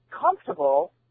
comfortable